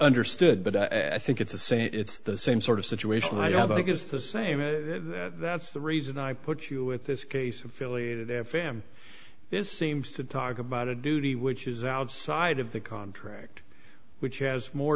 understood but i think it's a saying it's the same sort of situation i think it's the same that's the reason i put you with this case affiliated af am this seems to talk about a duty which is outside of the contract which has more